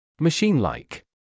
Machine-like